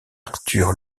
arthur